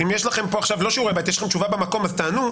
אם יש לכם פה תשובה במקום אז תענו.